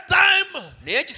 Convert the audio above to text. time